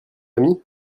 famille